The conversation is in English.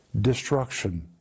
destruction